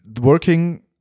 working